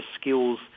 skills